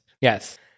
Yes